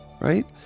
right